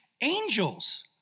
angels